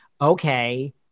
okay